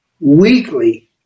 weekly